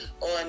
on